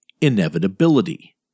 Inevitability